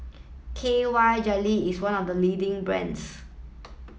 K Y Jelly is one of the leading brands